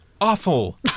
awful